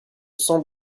cents